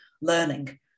learning